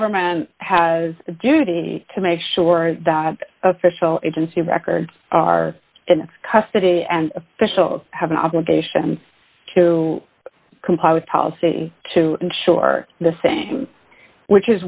government has a duty to make sure that official agency records are in custody and officials have an obligation to comply with policy to ensure the same which